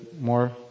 more